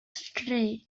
straight